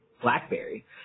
BlackBerry